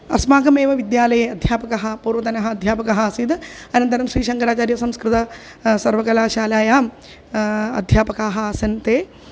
अस्माकमेव विद्यालये अध्यापकः पूर्वतनः अध्यापकः आसीद् अनन्तरं श्रीशङ्कराचार्यसंस्कृतं सर्वकलाशालायाम् अध्यापकाः आसन् ते